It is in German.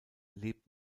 lebt